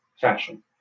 fashion